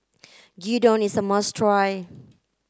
Gyudon is a must try